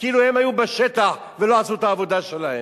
כאילו הם היו בשטח ולא עשו את העבודה שלהם.